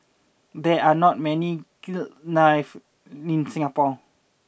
there are not many kilns knife in Singapore